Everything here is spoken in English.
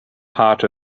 part